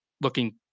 looking